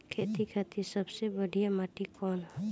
खेती खातिर सबसे बढ़िया माटी कवन ह?